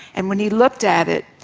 and when he looked at it,